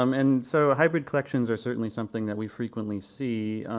um and so hybrid collections are certainly something that we frequently see,